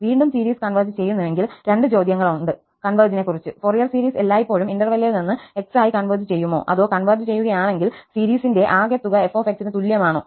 വീണ്ടും series converge ചെയ്യുന്നുവെങ്കിൽ രണ്ട് ചോദ്യങ്ങളുണ്ട് കൺവെർജിനെക്കുറിച്ച് ഫോറിയർ സീരീസ് എല്ലായ്പ്പോഴും ഇന്റെർവെല്ലിൽ നിന്ന് x ആയി കൺവെർജ് ചെയ്യുമോ അതോ കൺവെർജ് ചെയ്യുകയാണെങ്കിൽ സീരീസിന്റെ ആകെത്തുക f ന് തുല്യമാണോ